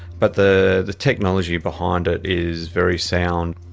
but the the technology behind it is very sound.